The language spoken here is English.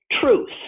truth